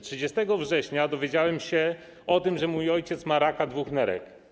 30 września dowiedziałem się o tym, że mój ojciec ma raka dwóch nerek.